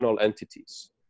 entities